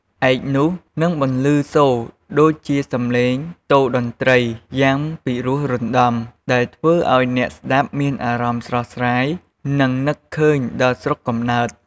ឯក នោះនឹងបន្លឺសូរដូចជាសម្លេងតូរ្យតន្ត្រីយ៉ាងពីរោះរណ្តំ ដែលធ្វើឱ្យអ្នកស្តាប់មានអារម្មណ៍ស្រស់ស្រាយ និងនឹកឃើញដល់ស្រុកកំណើត។